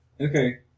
Okay